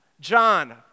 John